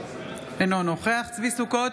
אינו נוכח צבי ידידיה סוכות,